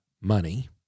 money